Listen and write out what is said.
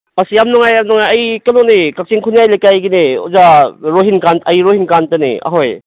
ꯑꯁ ꯌꯥꯝ ꯅꯨꯡꯉꯥꯏ ꯌꯥꯝ ꯅꯨꯡꯉꯥꯏ ꯑꯩ ꯀꯩꯅꯣꯅꯦ ꯀꯛꯆꯤꯡ ꯈꯨꯟꯌꯥꯏ ꯂꯩꯀꯥꯏꯒꯤꯅꯦ ꯑꯣꯖꯥ ꯔꯣꯍꯤꯟꯀꯥꯟ ꯑꯩ ꯔꯣꯍꯤꯟꯀꯥꯟꯇꯅꯦ ꯑꯍꯣꯏ